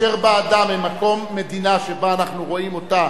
כאשר בא אדם ממדינה שאנחנו רואים אותה